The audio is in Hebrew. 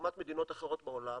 לעומת מדינות אחרות בעולם,